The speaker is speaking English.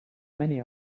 many